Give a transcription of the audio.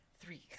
Three